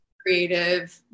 creative